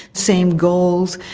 same goals,